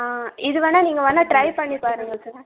ஆ இது வேணா நீங்கள் வேணா ட்ரை பண்ணி பாருங்கள் சார்